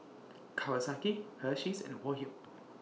Kawasaki Hersheys and Woh Hup